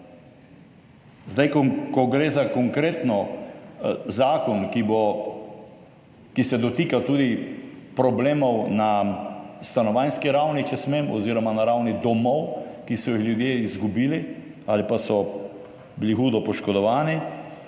Zdaj, ko gre za konkretno zakon, ki se dotika tudi problemov na stanovanjski ravni, če smem, oz. na ravni domov, ki so jih ljudje izgubili ali pa so bili hudo poškodovani,